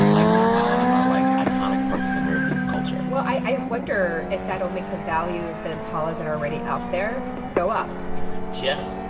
like the impala, are, like, iconic parts of american culture well, i wonder if that will make the value of the impalas that are already out there go up yeah.